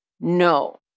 No